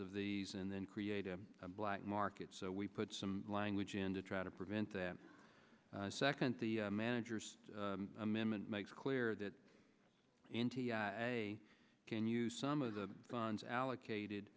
of these and then create a black market so we put some language in to try to prevent that second the manager's amendment makes clear that we can use some of the funds allocated